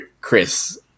Chris